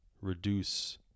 reduce